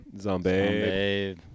Zombie